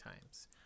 times